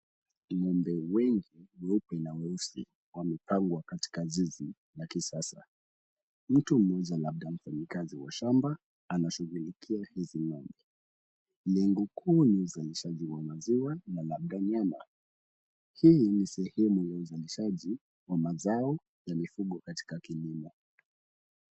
Ng'ombe wengi weupe na weusi wamepangwa katika zizi la kisasa. Mtu mmoja labda mafanyikazi wa shamba anashughulikia hizi ng'ombe. Lengo kuu ni uzalishaji wa maziwa na labda nyama. Hii ni shemu ya uzalishaji wa mazao za mifugo katika kilimo.